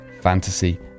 fantasy